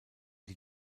die